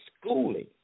schooling